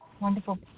Wonderful